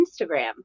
Instagram